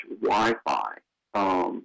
Wi-Fi